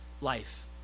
life